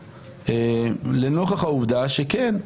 לנוכח העובדה שכן,